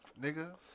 nigga